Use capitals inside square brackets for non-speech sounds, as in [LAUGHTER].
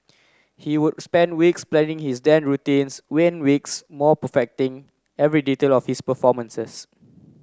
he would spend weeks planning his [UNINTELLIGIBLE] routines when weeks more perfecting every detail of his performances